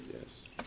Yes